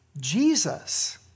Jesus